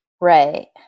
Right